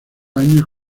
años